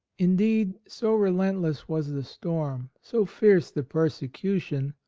indeed, so relentless was the storm, so fierce the persecution,